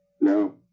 No